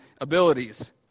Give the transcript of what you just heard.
abilities